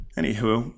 Anywho